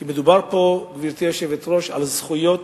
כי מדובר פה, גברתי היושבת-ראש, על זכויות